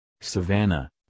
savannah